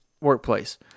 workplace